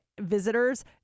visitors